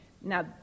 Now